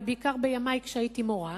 ובעיקר בימי כשהייתי מורה,